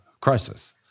crisis